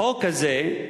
החוק הזה,